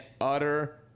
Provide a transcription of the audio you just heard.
utter